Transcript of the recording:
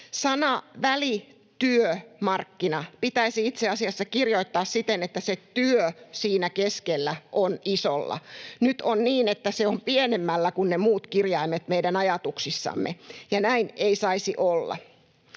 Sana ”välityömarkkina” pitäisi itse asiassa kirjoittaa siten, että se ”työ” siinä keskellä on isolla. Nyt on niin, että se on pienemmällä kuin ne muut kirjaimet meidän ajatuksissamme, ja näin ei saisi olla.